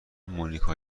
مونیکا